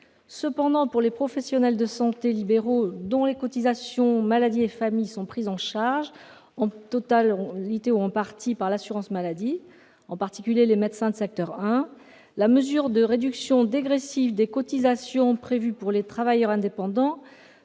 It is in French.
Cependant, pour les professionnels de santé libéraux, dont les cotisations maladie et famille sont prises en charge, en totalité ou en partie, par l'assurance maladie, notamment les médecins de secteur 1, la mesure de réduction dégressive des cotisations prévue pour les travailleurs indépendants